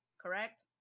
Correct